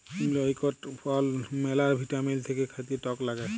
ইমল ইকটা ফল ম্যালা ভিটামিল থাক্যে খাতে টক লাগ্যে